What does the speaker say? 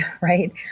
right